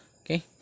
Okay